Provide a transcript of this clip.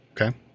okay